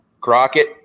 Crockett